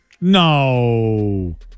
No